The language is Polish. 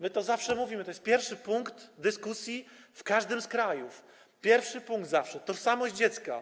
My to zawsze mówimy, to jest pierwszy punkt dyskusji w każdym z krajów, zawsze pierwszy punkt - tożsamość dziecka.